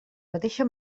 mateixa